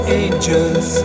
angels